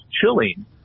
chilling